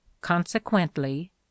Consequently